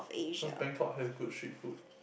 cause Bangkok has good street food